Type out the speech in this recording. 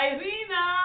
Irina